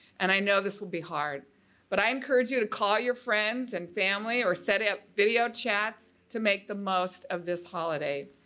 and i know this will be hard but i encourage you to call your friends and family or set up video chats to make the most of this holiday.